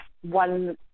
one